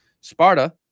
Sparta